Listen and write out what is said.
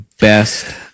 best